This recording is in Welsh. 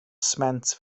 sment